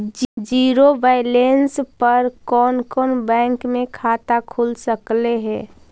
Zero balance पर कोन कोन बैंक में खाता खुल सकले हे?